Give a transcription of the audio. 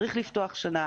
צריך לפתוח שנה,